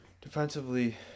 defensively –